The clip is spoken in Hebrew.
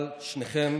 אבל שניכם